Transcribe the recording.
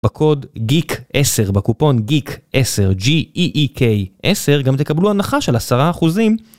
בקוד GEEK10, בקופון GEEK10, G-E-E-K-10, גם תקבלו הנחה של עשרה אחוזים.